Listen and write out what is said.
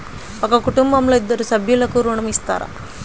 ఒక కుటుంబంలో ఇద్దరు సభ్యులకు ఋణం ఇస్తారా?